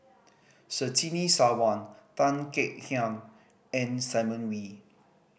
Surtini Sarwan Tan Kek Hiang and Simon Wee